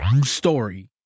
story